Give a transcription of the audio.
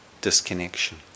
disconnection